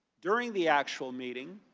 during the actual meeting,